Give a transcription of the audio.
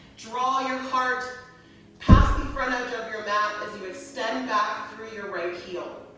draw your heart past the front edge of your mat as you extend that through your right heel.